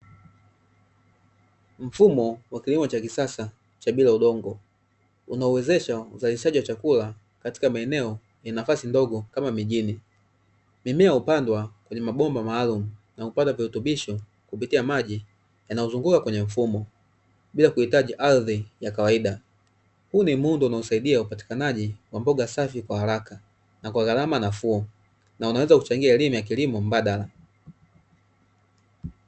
Mfumo wa kilimo cha kisasa cha bila udongo, unaowezesha uzalishaji wa chakula katika maeneo yenye nafasi ndogo kama mijini. Mimea hupandwa kwenye mabomba maalumu na hupata virutubisho kupitia maji yanayozunguka kwenye mfumo bila kuhitaji ardhi ya kawaida. Huu ni muundo unaosaidia upatikanaji wa mboga safi kwa haraka na kwa gharama nafuu na unaweza kuchangia elimu ya kilimo mbadala.